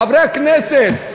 חברי הכנסת.